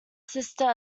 sister